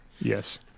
Yes